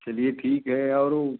चलिए ठीक है और वो